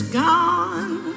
gone